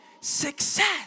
success